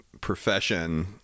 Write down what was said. profession